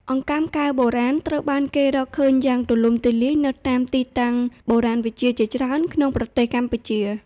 អង្កាំកែវបុរាណត្រូវបានគេរកឃើញយ៉ាងទូលំទូលាយនៅតាមទីតាំងបុរាណវិទ្យាជាច្រើនក្នុងប្រទេសកម្ពុជា។